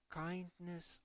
kindness